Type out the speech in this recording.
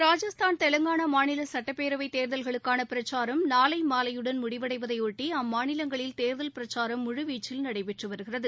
ராஜஸ்தான் தெலங்கானா சட்டப்பேரவைத் தேர்தல்களுக்கான பிரச்சாரம் நாளை மாலையுடன் முடிவடைவதையொட்டி அம்மாநிலங்களில் தேர்தல் பிரச்சாரம் முழுவீச்சில் நடைபெற்று வருகிறது